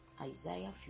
Isaiah